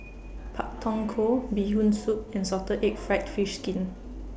Pak Thong Ko Bee Hoon Soup and Salted Egg Fried Fish Skin